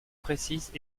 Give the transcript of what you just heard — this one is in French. précises